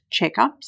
checkups